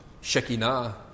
Shekinah